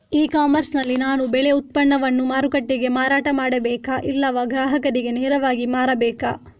E commerce ನಲ್ಲಿ ನಾನು ಬೆಳೆ ಉತ್ಪನ್ನವನ್ನು ಮಾರುಕಟ್ಟೆಗೆ ಮಾರಾಟ ಮಾಡಬೇಕಾ ಇಲ್ಲವಾ ಗ್ರಾಹಕರಿಗೆ ನೇರವಾಗಿ ಮಾರಬೇಕಾ?